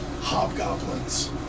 Hobgoblins